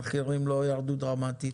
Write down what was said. המחירים לא ירדו דרמטית.